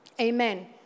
amen